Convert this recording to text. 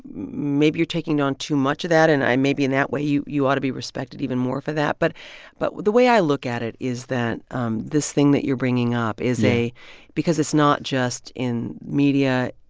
maybe you're taking on too much of that, and i maybe, in that way, you you ought to be respected even more for that. but but the way i look at it is that um this thing that you're bringing up is. yeah. a because it's not just in media.